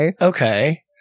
Okay